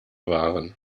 waren